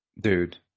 Dude